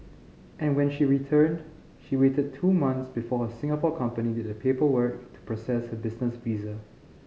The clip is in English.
and when she returned she waited two months before her Singapore company did the paperwork to process her business visa